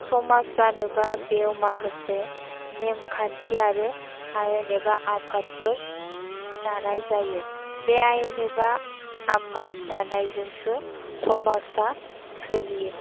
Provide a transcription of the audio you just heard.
समाज जानोबा बेयाव माखासे नेम खान्थि आरो आयेन एबा आफादफोर दानाय जायो बे आयेन एबा आफाद दानायजोंसो समाजा सोलियो